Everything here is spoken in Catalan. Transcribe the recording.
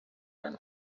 gran